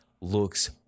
looks